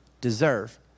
deserve